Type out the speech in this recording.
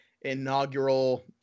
inaugural